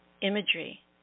imagery